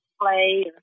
play